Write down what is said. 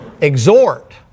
Exhort